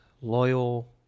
loyal